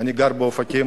אני גר באופקים.